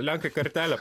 lenkai kartelę